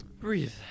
Breathe